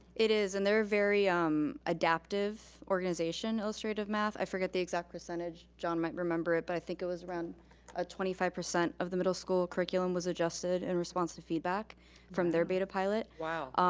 it is. and they're a very um adaptive organization, illustrative math. i forget the exact percentage. john might remember it, but i think it was around ah twenty five percent of the middle school curriculum was adjusted in response to feedback from their beta pilot. wow.